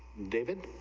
david,